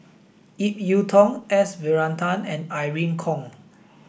Ip Yiu Tung S Varathan and Irene Khong